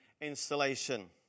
installation